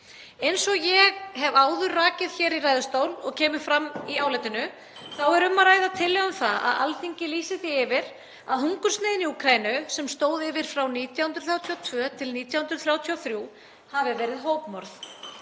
Eins og ég hef áður rakið í ræðustól og kemur fram í álitinu er um að ræða tillögu um að Alþingi lýsi því yfir að hungursneyðin í Úkraínu, sem stóð yfir frá 1932–1933, hafi verið hópmorð.